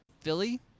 Philly